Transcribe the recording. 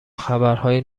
خبرهای